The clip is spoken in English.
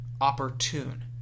opportune